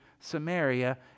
Samaria